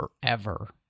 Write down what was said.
forever